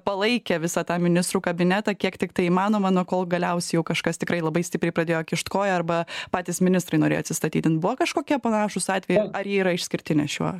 palaikę visą tą ministrų kabinetą kiek tiktai įmanoma na kol galiausiai jau kažkas tikrai labai stipriai pradėjo kišt koją arba patys ministrai norėjo atsistatydint buvo kažkokie panašūs atvejai ar jie yra išskirtiniai šiuo